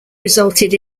resulted